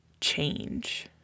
change